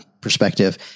perspective